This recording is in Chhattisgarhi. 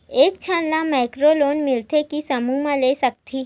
एक झन ला माइक्रो लोन मिलथे कि समूह मा ले सकती?